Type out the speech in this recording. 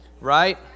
right